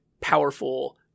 powerful